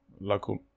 local